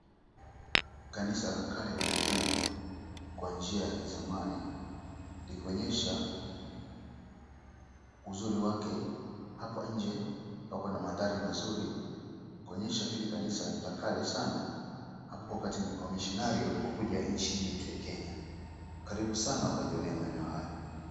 Kanisa la kale lililojengwa kwa njia ya kizamani likionyesha uzuri wake. Hapo nje pako na mandhari mazuri kuonyesha hili kanisa ni la kale sana hapo wakati wamishonari walipokuja nchi hii yetu ya Kenya. Karibu sana ukajionee maeneo hayo.